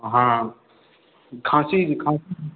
हँ खाँसी जुकाम